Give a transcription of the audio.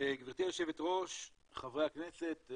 גבירתי היו"ר, חברי הכנסת,